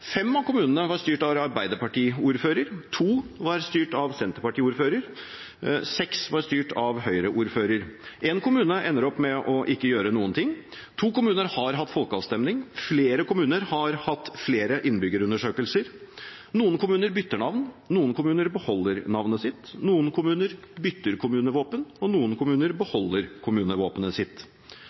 Fem av kommunene var styrt av Arbeiderparti-ordfører. To var styrt av Senterparti-ordfører. Seks var styrt av Høyre-ordfører. Én kommune ender opp med å ikke gjøre noen ting. To kommuner har hatt folkeavstemning. Flere kommuner har hatt flere innbyggerundersøkelser. Noen kommuner bytter navn. Noen kommuner beholder navnet sitt. Noen kommuner bytter kommunevåpen. Noen kommuner beholder kommunevåpenet sitt.